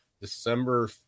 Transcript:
December